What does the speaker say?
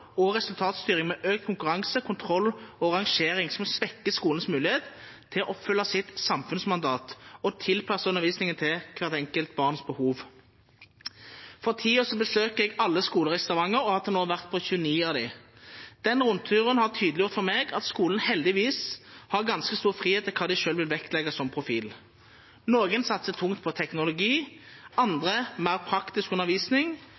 og resultatstyring med økt konkurranse, kontroll og rangering, som svekker skolens mulighet til å oppfylle sitt samfunnsmandat og tilpasse undervisningen til hvert enkelt barns behov. For tiden besøker jeg alle skoler i Stavanger og har til nå vært på 29 av dem. Den rundturen har tydeliggjort for meg at skolene heldigvis har ganske stor frihet til å velge hva de selv vil vektlegge som profil. Noen satser tungt på teknologi, andre på mer praktisk undervisning,